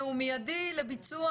והוא מיידי לביצוע.